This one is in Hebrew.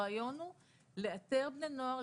הרעיון הוא לאתר בני נוער,